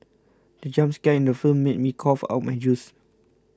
the jump scare in the film made me cough out my juice